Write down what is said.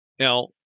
Now